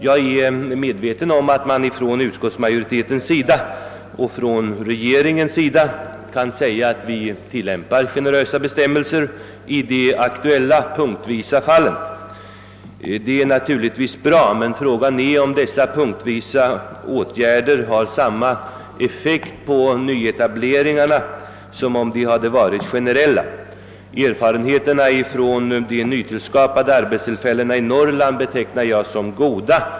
Jag är medveten om att utskottsmajoriteten och regeringen kan invända att generösa bestämmelser tillämpas i de aktuella fallen. Det är naturligtvis bra, men fråga är om dessa punktvis insatta åtgärder har samma effekt på nyetableringarna som om de hade varit generella. Erfarenheterna från de nytillskapade arbetstillfällena i Norrland betecknar jag som goda.